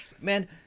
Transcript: man